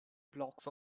blocks